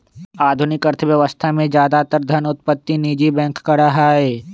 आधुनिक अर्थशास्त्र में ज्यादातर धन उत्पत्ति निजी बैंक करा हई